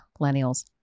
millennials